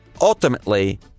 Ultimately